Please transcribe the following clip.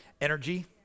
Energy